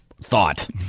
thought